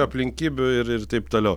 aplinkybių ir ir taip toliau